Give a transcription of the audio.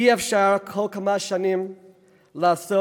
אי-אפשר כל כמה שנים לעסוק